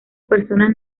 personas